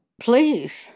please